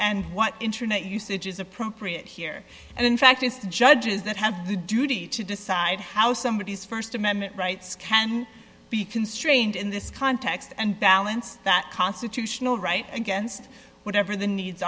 and what internet usage is appropriate here and in fact it's the judges that have the duty to decide how somebody is st amendment rights can be constrained in this context and balance that constitutional right against whatever the needs